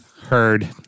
Heard